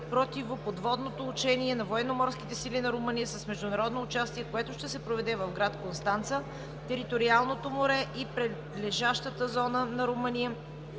противоподводното учение на военноморските сили на Румъния с международно участие, което ще се проведе в град Констанца, териториалното море и прилежащата зона на Румъния